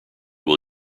will